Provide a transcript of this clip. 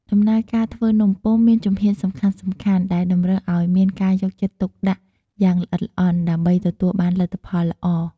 ដំណើរការធ្វើនំពុម្ពមានជំហានសំខាន់ៗ ដែលតម្រូវឱ្យមានការយកចិត្តទុកដាក់យ៉ាងល្អិតល្អន់ ដើម្បីទទួលបានលទ្ធផលល្អ។